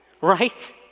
right